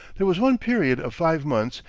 there was one period of five months,